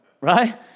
Right